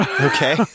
Okay